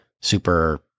super